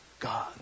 God